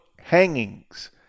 hangings